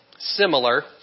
Similar